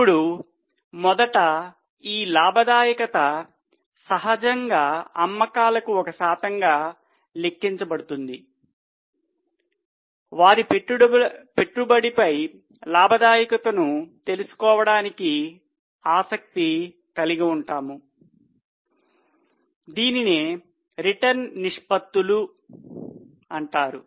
ఇప్పుడు మొదట ఈ లాభదాయకత సహజంగా అమ్మకాలకు ఒక శాతంగా లెక్కించబడుతుంది వారి పెట్టుబడిపై లాభదాయకతను తెలుసుకోవడంలో ఆసక్తి కలిగి ఉంటాము దీనినే రిటర్న్ నిష్పత్తిలు అంటారు